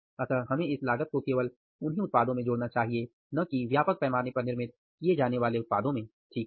अतः हमें इस लागत को केवल उन्हीं उत्पादों में जोड़ना चाहिए न कि व्यापक पैमाने पर निर्मित किए जाने वाले उत्पादों में ठीक है